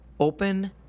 Open